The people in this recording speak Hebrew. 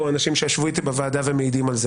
אנשים שישבו איתי בוועדה ומעידים על זה